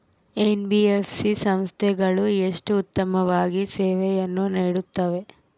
NBFC ಸಂಸ್ಥೆಗಳು ಎಷ್ಟು ಉತ್ತಮವಾಗಿ ಸೇವೆಯನ್ನು ನೇಡುತ್ತವೆ?